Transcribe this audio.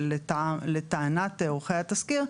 לטענת עורכי התסקיר,